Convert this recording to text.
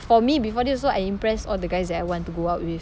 for me before this also I impress all of the guys that I want to go out with